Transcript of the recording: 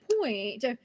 point